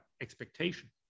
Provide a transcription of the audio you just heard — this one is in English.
expectation